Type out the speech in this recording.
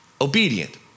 Obedient